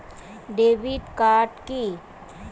Debit card কি?